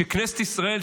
שכנסת ישראל,